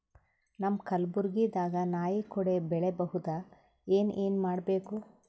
ನಮ್ಮ ಕಲಬುರ್ಗಿ ದಾಗ ನಾಯಿ ಕೊಡೆ ಬೆಳಿ ಬಹುದಾ, ಏನ ಏನ್ ಮಾಡಬೇಕು?